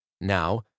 Now